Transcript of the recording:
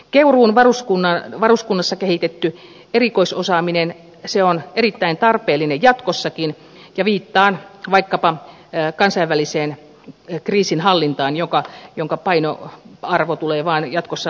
keuruun varuskunnassa kehitetty erikoisosaaminen on erittäin tarpeellista jatkossakin ja viittaan vaikkapa kansainväliseen kriisinhallintaan jonka painoarvo tulee vaan jatkossa nousemaan